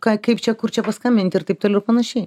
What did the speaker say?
ką kaip čia kur čia paskambinti ir taip toliau panašiai